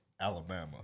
Alabama